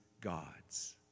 gods